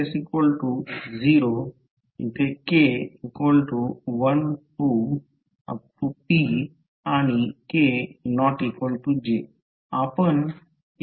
आपण एका वेळी एक इनपुट विचारात घेत आहोत